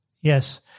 Yes